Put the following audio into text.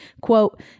quote